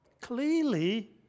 clearly